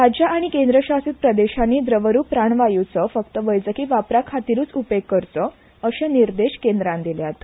राज्य आनी केंद्रशासीत प्रदेशांनी द्रवरुप प्राणवायूचो फक्त वैजकी वापरा खातीरूच उपेग करचो अशें निर्देश केंद्रान दिल्यात